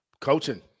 Coaching